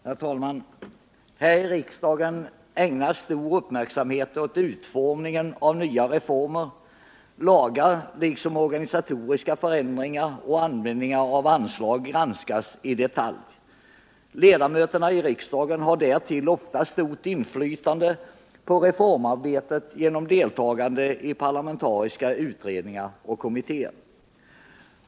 Herr talman! Här i riksdagen ägnas stor uppmärksamhet åt utformningen av nya reformer. Lagar liksom organisatoriska förändringar och användningen av anslag granskas i detalj. Ledamöterna i riksdagen har därtill ofta stort inflytande på reformarbetet genom deltagande i parlamentariska utredningar och kommittér.